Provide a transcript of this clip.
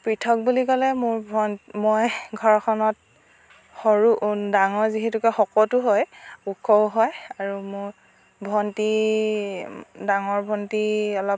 পৃথক বুলি ক'লে মোৰ ভণ্টী মই ঘৰখনত সৰু ডাঙৰ যিহেতুকে শকতো হয় ওখও হয় আৰু মোৰ ভণ্টী ডাঙৰ ভণ্টী অলপ